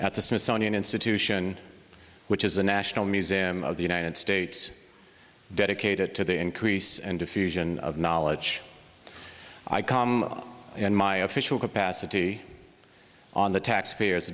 at the smithsonian institution which is a national museum of the united states dedicated to the increase and diffusion of knowledge i come in my official capacity on the taxpayers